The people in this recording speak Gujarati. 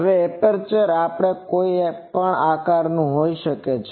હવે એપ્રેચર કોઈપણ આકારનું હોઈ શકે છે